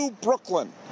Brooklyn